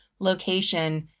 location,